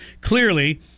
Clearly